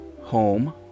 Home